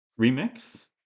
remix